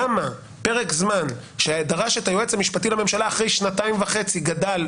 למה פרק זמן שדרש את היועץ המשפטי לממשלה אחרי שנתיים וחצי גדל,